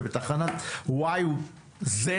ובתחנת y z,